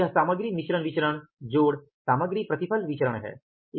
यह सामग्री मिश्रण विचरण जोड़ सामग्री प्रतिफल विचरण है